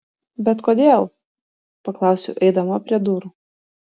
bet kodėl paklausiau eidama prie durų